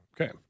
Okay